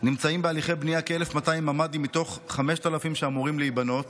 נמצאים בהליכי בנייה כ-1,200 ממ"דים מתוך 5,000 שאמורים להיבנות.